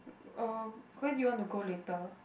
uh where do you want to go later